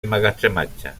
emmagatzematge